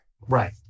Right